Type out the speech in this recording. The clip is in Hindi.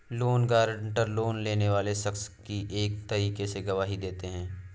लोन गारंटर, लोन लेने वाले शख्स की एक तरीके से गवाही देते हैं